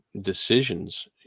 decisions